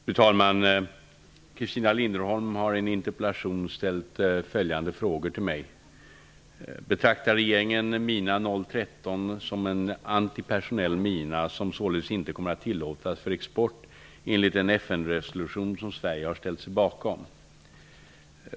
Fru talman! Christina Linderholm har i en interpellation ställt följande frågor till mig: Betraktar regeringen mina 013 som en antipersonell mina som således inte kommer att tillåtas för export enligt den FN-resolution som Sverige har ställt sig bakom?